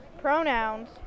pronouns